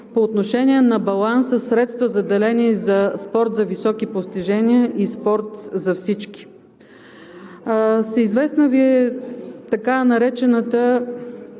по отношение на баланса – средства, заделени за спорт за високи постижения и спорт за всички. Всеизвестна Ви е така наречената